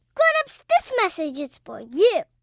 grown-ups, this message is for you